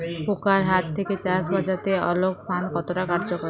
পোকার হাত থেকে চাষ বাচাতে আলোক ফাঁদ কতটা কার্যকর?